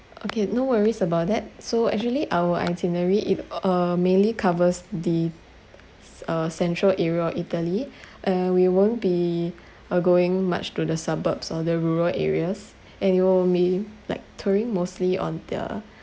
okay no worries about that so actually our itinerary if uh mainly covers the uh central area of italy and we won't be uh going much to the suburbs or the rural areas and it'll may like touring mostly on the